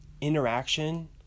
interaction